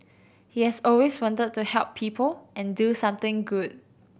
he has always wanted to help people and do something good